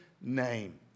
name